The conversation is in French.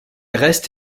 reste